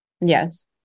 Yes